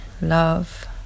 love